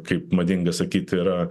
kaip madinga sakyt yra